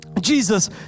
Jesus